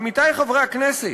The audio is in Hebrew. עמיתי חברי הכנסת,